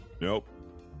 Nope